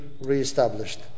reestablished